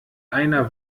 einer